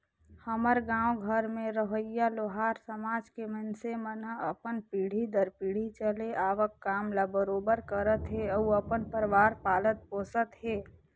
हमर गाँव घर में रहोइया लोहार समाज के मइनसे मन ह अपन पीढ़ी दर पीढ़ी चले आवक काम ल बरोबर करत हे अउ अपन परवार पालत पोसत हे